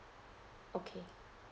okay